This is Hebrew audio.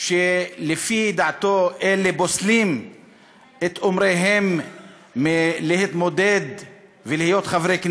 שלפי דעתו פוסלות את אומריהן מלהתמודד ולהיות חברי כנסת.